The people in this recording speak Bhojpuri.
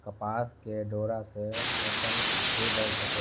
कपास के डोरा से कफन भी बन सकेला